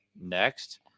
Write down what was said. next